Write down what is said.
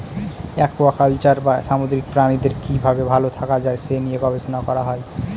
aquaculture বা সামুদ্রিক প্রাণীদের কি ভাবে ভালো থাকা যায় সে নিয়ে গবেষণা করা হয়